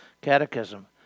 catechism